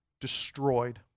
destroyed